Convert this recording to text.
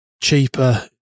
cheaper